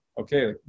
okay